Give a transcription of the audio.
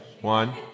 One